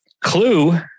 Clue